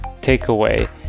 takeaway